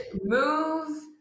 move